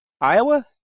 Iowa